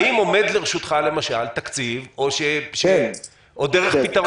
האם עומד לרשותך למשל תקציב או דרך פתרון?